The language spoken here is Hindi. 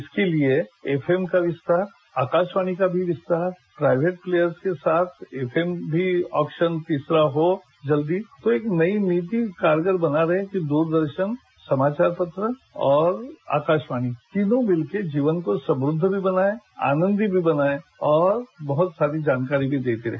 इसके लिए एफएम का विस्तार आकाशवाणी का भी विस्तार प्राइवेट लेयर के साथ एफएम भी ऑपशन भी तीसरा हो जल्दी तो एक नई नीति कारगर बना रहे कि दूरदर्शन समाचार पत्र और आकाशवाणी तीनों मिलकर जीवन को समुद्ध भी बनाए आनदंमयी भी बनाए और बहुत सारी जानकारी भी देते रहे